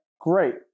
great